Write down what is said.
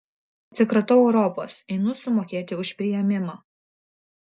atsikratau europos einu sumokėti už priėmimą